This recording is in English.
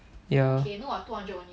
ya